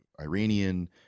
Iranian